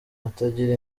atagira